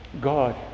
God